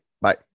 Bye